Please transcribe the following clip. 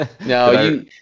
No